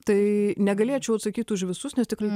tai negalėčiau atsakyt už visus nes tikrai